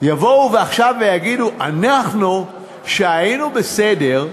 יבואו עכשיו ויגידו: אנחנו, שהיינו בסדר,